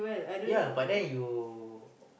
ya but then you